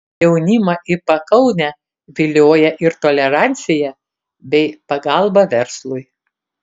jaunimą į pakaunę vilioja ir tolerancija bei pagalba verslui